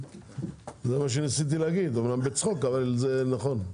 זה מה שניסיתי להגיד, אמנם בצחוק אבל זה נכון.